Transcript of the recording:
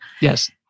yes